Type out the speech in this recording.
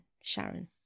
Sharon